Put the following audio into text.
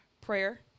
prayer